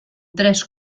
tres